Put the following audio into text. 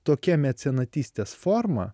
tokia mecenatystės forma